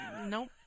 nope